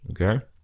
Okay